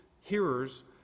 hearers